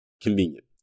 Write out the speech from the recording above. convenient